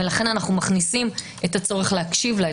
לכן אנו מכניסים את הצורך להקשיב לה,